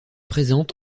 présente